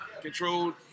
controlled